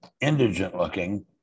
indigent-looking